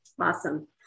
Awesome